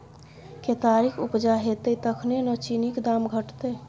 केतारीक उपजा हेतै तखने न चीनीक दाम घटतै